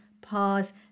pause